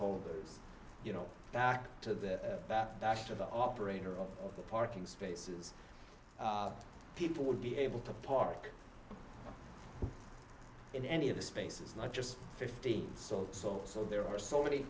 holders you know back to the back to the operator of the parking spaces people would be able to park in any of the spaces not just fifteen so so so there are so many